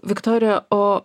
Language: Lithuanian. viktorija o